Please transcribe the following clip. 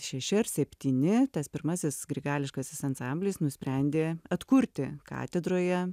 šeši ar septyni tas pirmasis grigališkasis ansamblis nusprendė atkurti katedroje